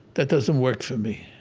that doesn't work for me.